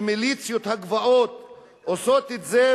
מיליציות הגבעות עושות את זה,